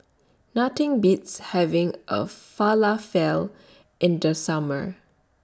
Nothing Beats having A Falafel in The Summer